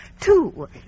Two